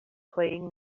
playing